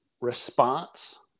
response